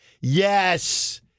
yes